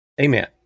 Amen